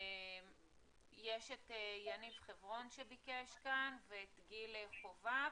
יש את יניב חברון שביקש ואת גיל חובב,